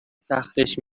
سختش